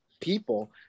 people